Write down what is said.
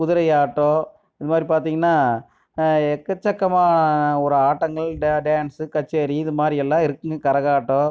குதிரையாட்டம் இந்த மாதிரி பார்த்திங்கனா எக்கச்செக்கமாக ஒரு ஆட்டங்கள் டேன்ஸசு கச்சேரி இது மாதிரி எல்லாம் இருக்குங்க கரகாட்டம்